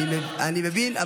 אני מבין,